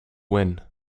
win